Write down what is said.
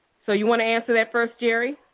so you want to answer that first, jerry?